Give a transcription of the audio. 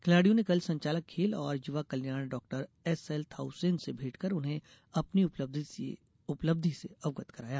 खिलाड़ियों ने कल संचालक खेल और युवा कल्याण डॉ एसएल थाउसेन से भेंटकर उन्हें अपनी उपलब्धि से अवगत कराया